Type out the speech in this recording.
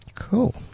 Cool